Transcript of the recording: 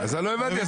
לא הבנתי.